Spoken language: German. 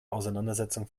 auseinandersetzung